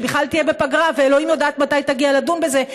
שבכלל תהיה בפגרה ואלוהים יודעת מתי תגיע לדון בזה.